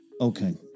Okay